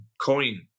coin